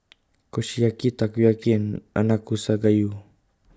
Kushiyaki Takoyaki and Nanakusa Gayu